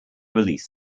release